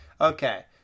okay